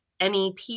NEP